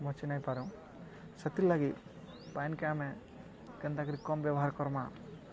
ବଞ୍ଚିନାଇଁପାରୁ ସେଥିର୍ଲାଗି ପାନ୍କେ ଆମେ କେନ୍ତାକରି କମ୍ ବ୍ୟବହାର୍ କର୍ମା